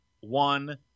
one